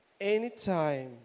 anytime